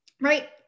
Right